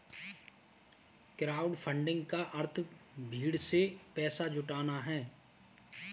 crowdfunding का अर्थ भीड़ से पैसा जुटाना है